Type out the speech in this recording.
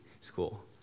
school